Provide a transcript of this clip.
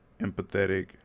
empathetic